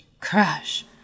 Crash